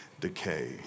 decay